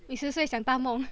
你十岁想大梦